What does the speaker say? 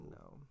No